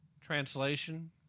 Translation